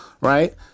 Right